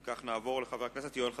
אם כך, נעבור לחבר הכנסת יואל חסון.